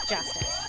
Justice